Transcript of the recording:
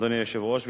אדוני היושב-ראש,